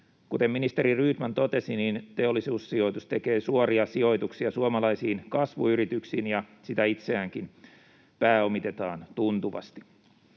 Kuten ministeri Rydman totesi, Teollisuussijoitus tekee suoria sijoituksia suomalaisiin kasvuyrityksiin, ja sitä itseäänkin pääomitetaan tuntuvasti.